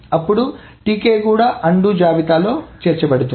అప్పుడు Tk కూడా అన్డు జాబితాలో చేర్చబడుతుంది